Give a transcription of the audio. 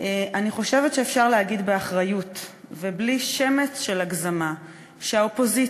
אני חושבת שאפשר להגיד באחריות ובלי שמץ של הגזמה שהאופוזיציה,